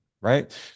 right